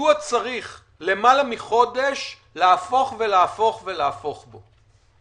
מדוע צריך למעלה מחודש להפוך ולהפוך ולהפוך בו?